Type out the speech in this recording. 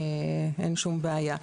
אין שום בעיה.